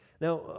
Now